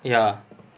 ya